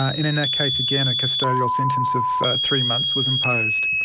ah in in that case again, a custodial sentence of three months was imposed.